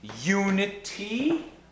unity